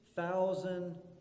thousand